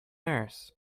nurse